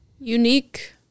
unique